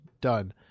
done